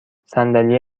صندلی